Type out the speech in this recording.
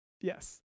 yes